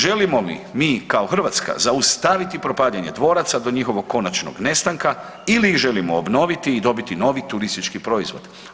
Želimo li mi kao Hrvatska zaustaviti propadanje dvoraca do njihovog konačnog nestanka ili ih želimo obnoviti i dobiti novi turistički proizvod?